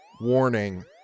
Warning